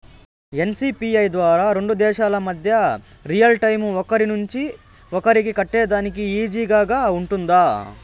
NCPI ద్వారా రెండు దేశాల మధ్య రియల్ టైము ఒకరి నుంచి ఒకరికి కట్టేదానికి ఈజీగా గా ఉంటుందా?